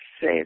say